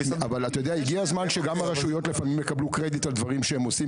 והגיע הזמן שגם הרשויות יקבלו לפעמים קרדיט על דברים שהם עושים.